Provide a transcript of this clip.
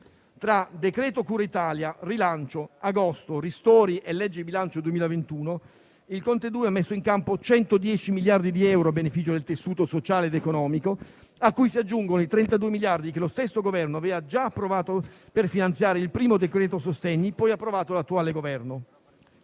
i decreti cura Italia, rilancio, agosto e ristori e la legge bilancio 2021, il Governo Conte II ha messo in campo 110 miliardi di euro a beneficio del tessuto sociale ed economico, a cui si aggiungono i 32 miliardi che lo stesso Governo aveva già approvato per finanziare il primo decreto sostegni, poi approvato dall'attuale Governo.